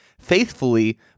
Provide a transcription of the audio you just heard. faithfully